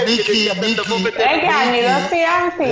עם ניסיון של עשייה,